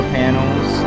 panels